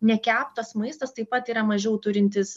ne keptas maistas taip pat yra mažiau turintis